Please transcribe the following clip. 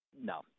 No